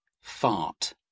fart